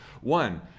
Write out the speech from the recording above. One